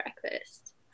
breakfast